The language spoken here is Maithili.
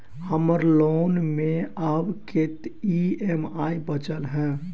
हम्मर लोन मे आब कैत ई.एम.आई बचल ह?